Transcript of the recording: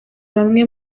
bamwe